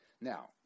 Now